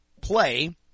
play –